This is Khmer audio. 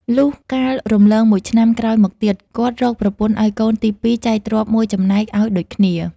លុះកាលរំលងមួយឆ្នាំក្រោយមកទៀត គាត់រកប្រពន្ធឱ្យកូនទី២ចែកទ្រព្យ ១ ចំណែក ឱ្យដូចគ្នា ។